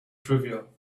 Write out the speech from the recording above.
trivial